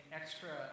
extra